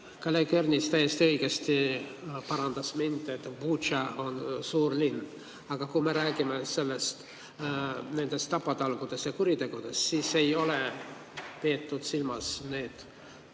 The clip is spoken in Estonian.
Kolleeg Ernits täiesti õigesti parandas mind, et Butša on suur linn. Aga kui me räägime nendest tapatalgutest ja kuritegudest, siis ei ole peetud silmas ka